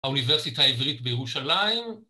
‫האוניברסיטה העברית בירושלים.